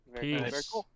Peace